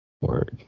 Work